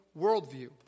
worldview